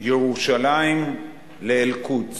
ירושלים לאל-קודס.